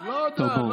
דבר אלמנטרי.